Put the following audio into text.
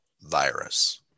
virus